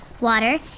water